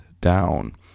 Down